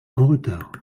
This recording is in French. retard